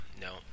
No